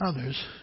others